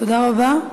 תודה רבה.